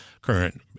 current